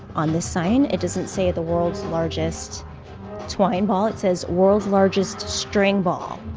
on the sign, it doesn't say, the world's largest twine ball, it says, world's largest string ball.